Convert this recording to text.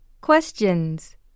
Questions